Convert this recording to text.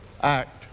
Act